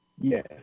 Yes